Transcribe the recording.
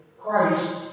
Christ